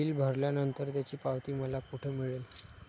Bill भरल्यानंतर त्याची पावती मला कुठे मिळेल?